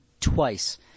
twice